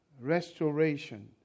restoration